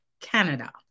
Canada